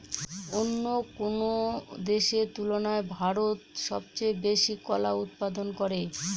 অন্য যেকোনো দেশের তুলনায় ভারত সবচেয়ে বেশি কলা উৎপাদন করে